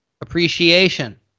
appreciation